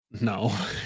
No